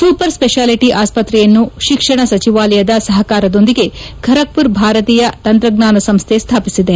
super speciality ಆಸ್ವತ್ರೆಯನ್ನು ಶಿಕ್ಷಣ ಸಚಿವಾಲಯದ ಸಹಕಾರದೊಂದಿಗೆ ಖರಗ್ಪುರ್ ಭಾರತೀಯ ತಂತ್ರಜ್ಞಾನ ಸಂಸ್ಥೆ ಸ್ಲಾಪಿಸಿದೆ